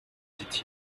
dit